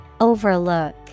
Overlook